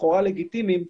לכאורה לגיטימיים,